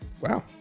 Wow